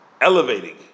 elevating